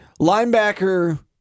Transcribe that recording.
linebacker